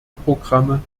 programme